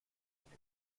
eine